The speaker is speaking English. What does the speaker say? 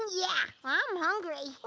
yeah, i'm hungry.